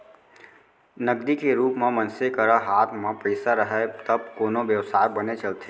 नगदी के रुप म मनसे करा हात म पइसा राहय तब कोनो बेवसाय बने चलथे